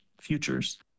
futures